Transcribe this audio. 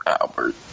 Albert